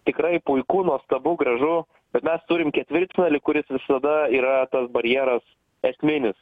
tikrai puiku nuostabu gražu bet mes turim ketvirtfinalį kuris visada yra tas barjeras esminis